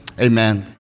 amen